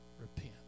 Repent